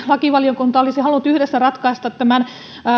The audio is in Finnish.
lakivaliokunta olisi halunnut ratkaista tämän yhdessä